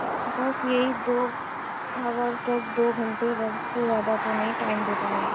بس یہی دو ہاور تک دو گھنٹے بس اُس سے زیادہ تو نہیں ٹائم دے پائیں گے